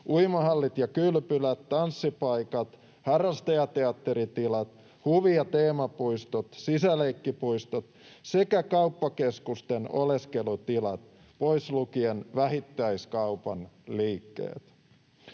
uimahallit ja kylpylät, tanssipaikat, harrastajateatteritilat, huvi- ja teemapuistot, sisäleikkipuistot sekä kauppakeskusten oleskelutilat, pois lukien vähittäiskaupan liikkeet.